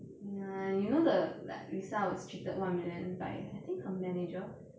ya you know the like lisa was cheated one million by I think her manager